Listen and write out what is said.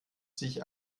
sich